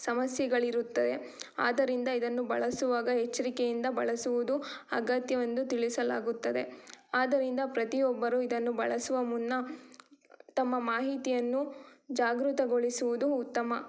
ಸಮಸ್ಯೆಗಳಿರುತ್ತದೆ ಆದ್ದರಿಂದ ಇದನ್ನು ಬಳಸುವಾಗ ಎಚ್ಚರಿಕೆಯಿಂದ ಬಳಸುವುದು ಅಗತ್ಯವೆಂದು ತಿಳಿಸಲಾಗುತ್ತದೆ ಆದ್ದರಿಂದ ಪ್ರತಿಯೊಬ್ಬರು ಇದನ್ನು ಬಳಸುವ ಮುನ್ನ ತಮ್ಮ ಮಾಹಿತಿಯನ್ನು ಜಾಗೃತಗೊಳಿಸುವುದು ಉತ್ತಮ